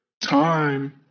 Time